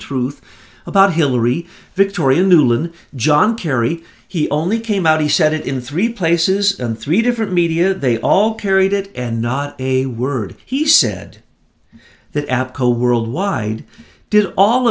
truth about hillary victoria nuland john kerry he only came out he said it in three places and three different media they all carried it and not a word he said that apco worldwide did all